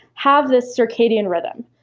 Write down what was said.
have this circadian rhythm.